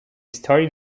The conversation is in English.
started